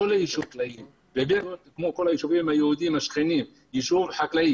כל הזמן לא ידעתי כמה מוקצה לכל יישוב, כי התכנון